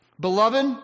Beloved